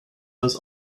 was